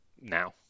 Now